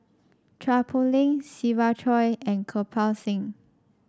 Chua Poh Leng Siva Choy and Kirpal Singh